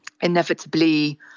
inevitably